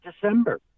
December